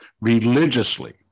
religiously